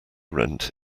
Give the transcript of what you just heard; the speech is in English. rent